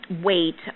weight